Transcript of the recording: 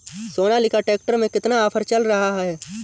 Sonalika tractor में कितना offer चल रहा है?